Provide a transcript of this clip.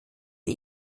die